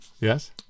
Yes